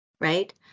right